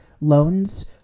loans